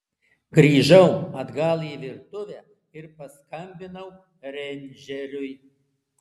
grįžau atgal į virtuvę ir paskambinau reindžeriui